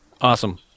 Awesome